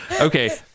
okay